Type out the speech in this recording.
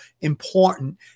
important